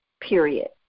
period